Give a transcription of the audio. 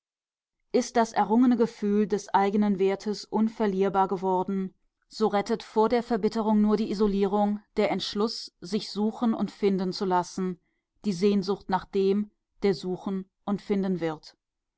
ist das errungene gefühl des eigenen wertes unverlierbar geworden so rettet vor der verbitterung nur die isolierung der entschluß sich suchen und finden zu lassen die sehnsucht nach dem der suchen und finden wird